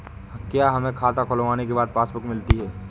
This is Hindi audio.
क्या हमें खाता खुलवाने के बाद पासबुक मिलती है?